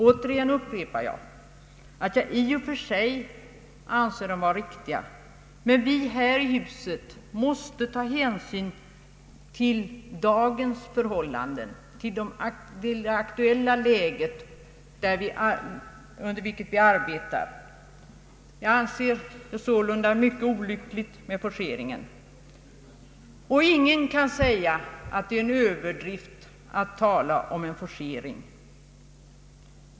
Åter upprepar jag att jag i och för sig anser att förslaget är riktigt, men vi här i huset måste ta hänsyn till dagens förhållanden och till det aktuella läge under vilket vi arbetar. Jag anser det sålunda mycket olyckligt med en forcering. Ingen kan påstå att det är en överdrift att tala om en forcering.